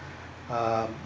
um